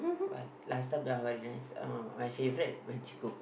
but last time oh very nice oh my favorite when she cook